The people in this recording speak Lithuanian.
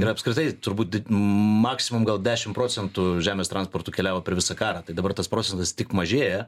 ir apskritai turbūt di maksimum gal dešimt procentų žemės transportu keliavo per visą karą tai dabar tas procentas tik mažėja